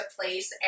place